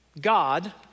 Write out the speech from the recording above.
God